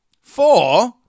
four